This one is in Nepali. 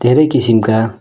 धेरै किसिमका